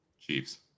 Chiefs